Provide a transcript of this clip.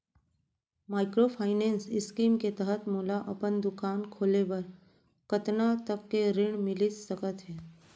Microfinance scheme के तहत मोला अपन दुकान खोले बर कतना तक के ऋण मिलिस सकत हे?